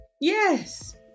Yes